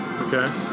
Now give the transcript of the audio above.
Okay